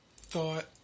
thought